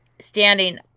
standing